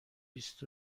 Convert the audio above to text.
بیست